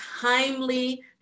timely